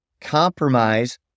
compromise